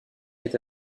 est